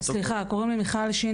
קוראים לי מיכל ש.